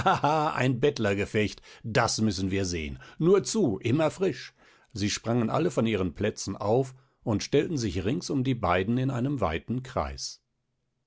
ein bettlergefecht das müssen wir sehen nur zu immer frisch sie sprangen alle von ihren plätzen auf und stellten sich rings um die beiden in einen weiten kreis